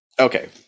okay